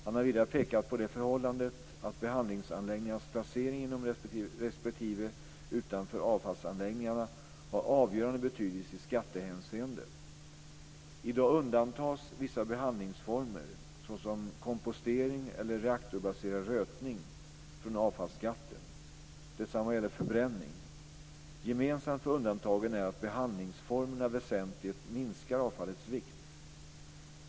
Han har vidare pekat på det förhållandet att behandlingsanläggningarnas placering inom respektive utanför avfallsanläggningarna har avgörande betydelse i skattehänseende. I dag undantas vissa behandlingsformer, såsom kompostering eller reaktorbaserad rötning, från avfallsskatten. Detsamma gäller förbränning. Gemensamt för undantagen är att behandlingsformerna väsentligt minskar avfallets vikt.